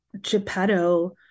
geppetto